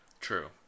True